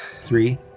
Three